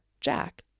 Jack